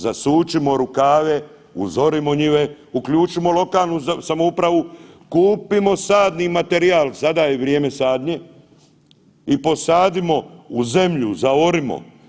Zasučimo rukava, uzorimo njive, uključimo lokalnu samoupravu, kupimo sadni materijal sada je vrijeme sadnje i posadimo u zemlju u zaorimo.